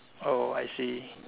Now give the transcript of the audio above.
oh I see